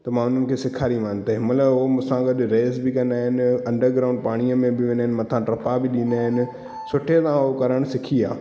त मां उन्हनि खे सेखारीमानि त हिनमहिल हू मूंसां गॾु रेस बि कंदा आहिनि अंडरग्राउंड पाणीअ में बि उन्हनि मथां टपा बि ॾींदा आहिनि सुठे सां हू करणु सिखी विया